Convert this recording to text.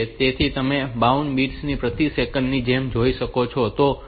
તેથી તમે બાઉડ ને બિટ્સ પ્રતિ સેકન્ડ ની જેમ શોધી શકો છો